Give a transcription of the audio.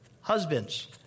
husbands